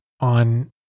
on